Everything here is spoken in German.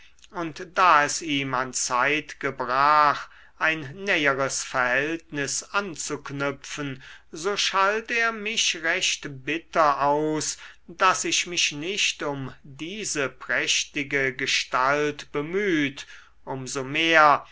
und da es ihm an zeit gebrach ein näheres verhältnis anzuknüpfen so schalt er mich recht bitter aus daß ich mich nicht um diese prächtige gestalt bemüht um so mehr